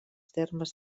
termes